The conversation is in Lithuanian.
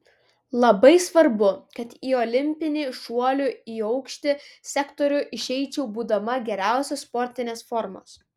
labai svarbu kad į olimpinį šuolių į aukštį sektorių išeičiau būdama geriausios sportinės formos